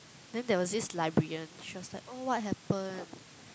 then there was this librarian she was like oh what happened